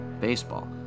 baseball